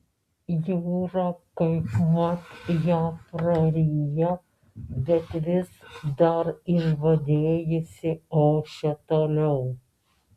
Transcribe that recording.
jūra kaipmat ją praryja bet vis dar išbadėjusi ošia toliau